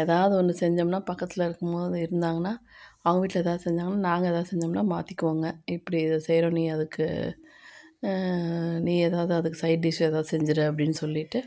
ஏதாவது ஒன்று செஞ்சோம்னால் பக்கத்தில் இருக்கும்போது இருந்தாங்கனால் அவங்க வீட்டில் ஏதாவது செஞ்சாங்கனால் நாங்கள் ஏதாவது செஞ்சோம்னால் மாற்றிக்குவோங்க இப்படி இதை செய்கிறோம் நீ அதுக்கு நீ ஏதாவது அதுக்கு சைட் டிஷ் ஏதாவது செஞ்சிடு அப்படின்னு சொல்லிவிட்டு